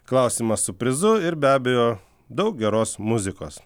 klausimas su prizu ir be abejo daug geros muzikos